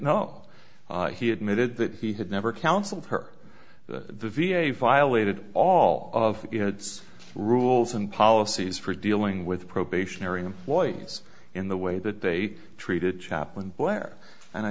know he admitted that he had never counseled her that the v a violated all of its rules and policies for dealing with probationary employees in the way that they treated chaplain blair and i